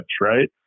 right